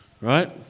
Right